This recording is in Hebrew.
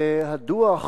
הדוח